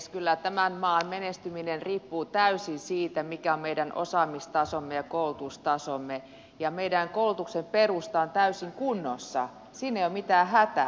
kyllä tämän maan menestyminen riippuu täysin siitä mikä on meidän osaamistasomme ja koulutustasomme ja meidän koulutuksen perusta on täysin kunnossa siinä ei ole mitään hätää